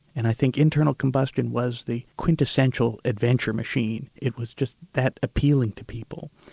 and i think internal combustion was the quintessential adventure machine. it was just that appealing to people.